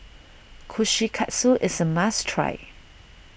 Kushikatsu is a must try